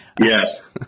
Yes